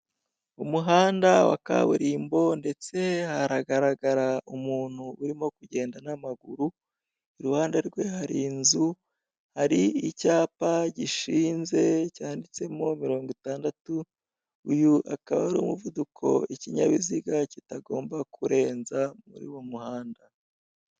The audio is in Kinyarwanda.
Umuhanda wa kaburimbo ndetse haragaragara umuntu urimo kugenda n'amaguru, iruhande rwe hari inzu, hari icyapa gishinze cyanditsemo mirongo itandatu, uyu akaba ari umuvuduko ikinyabiziga kitagomba kurenza muri uyu muhanda.